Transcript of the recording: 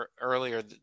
earlier